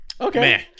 Okay